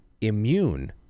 immune